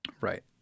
Right